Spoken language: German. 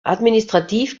administrativ